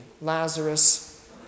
Lazarus